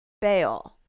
bail